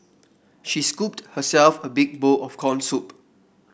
she scooped herself a big bowl of corn soup